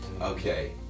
Okay